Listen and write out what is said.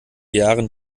jahren